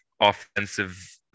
offensive